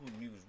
News